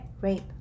rape